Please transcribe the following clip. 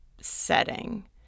setting